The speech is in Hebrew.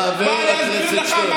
חבר הכנסת שטרן,